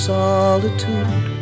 solitude